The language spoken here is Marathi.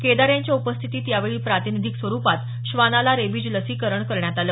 केदार यांच्या उपस्थितीत यावेळी प्रातिनिधिक स्वरूपात श्वानाला रेबीज लसीकरण करण्यात आलं